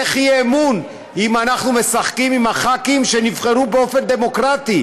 איך יהיה אמון אם אנחנו משחקים עם הח"כים שנבחרו באופן דמוקרטי